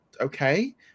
okay